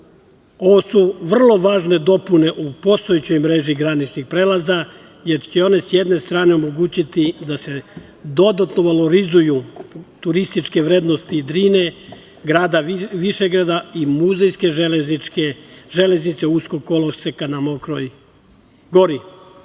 su vrlo važne dopune u postojećoj mreži graničnih prelaza, jer će one s jedne strane omogućiti da se dodano valorizuju turističke vrednosti Drine, grada Višegrada i muzejske železnice uskog koloseka na Mokroj Gori.